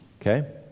Okay